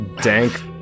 dank